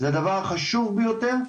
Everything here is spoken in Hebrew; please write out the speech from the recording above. זה הדבר החשוב ביותר,